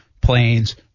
Planes